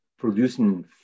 producing